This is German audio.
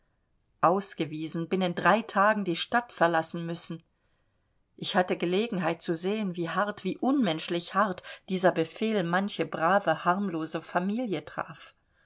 ausgewiesen binnen drei tagen die stadt verlassen müssen ich hatte gelegenheit zu sehen wie hart wie unmenschlich hart dieser befehl manche brave harmlose familie traf